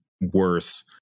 worse